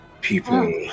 people